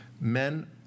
men